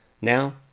Now